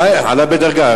עלה בדרגה.